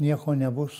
nieko nebus